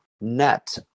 net